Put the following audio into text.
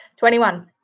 21